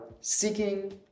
seeking